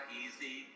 easy